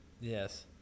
Yes